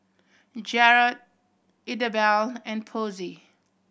Jarrod Idabelle and Posey